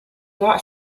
not